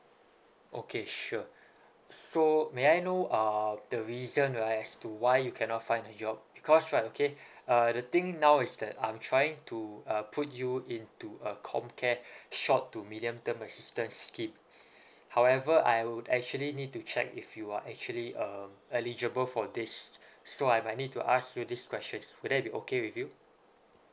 okay sure so may I know uh the reason right as to why you cannot find a job because right okay uh the thing now is that I'm trying to uh put you into a comcare short to medium term assistance scheme however I would actually need to check with you are actually um eligible for this so I might need to ask you these questions would that be okay with you